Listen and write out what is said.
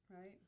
right